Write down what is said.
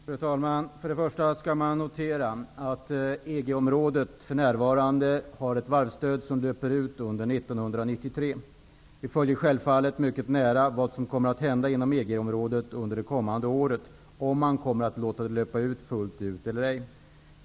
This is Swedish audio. Fru talman! Först och främst skall man notera att EG-området för närvarande har ett varvsstöd som löper ut under 1993. Vi följer självfallet mycket nära vad som kommer att hända inom EG-området under det kommande året, dvs. om man kommer att låta stödet löpa fullt ut eller ej.